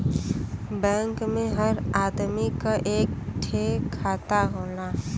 bank मे हर आदमी क एक ठे खाता होला